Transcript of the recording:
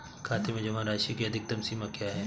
खाते में जमा राशि की अधिकतम सीमा क्या है?